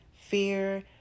Fear